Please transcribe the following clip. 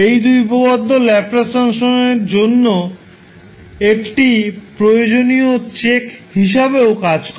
এই দুই উপপাদ্য ল্যাপ্লাস ট্রান্সফর্মের জন্য একটি প্রয়োজনীয় চেক হিসাবেও কাজ করে